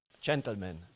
Gentlemen